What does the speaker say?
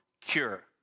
cure